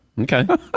Okay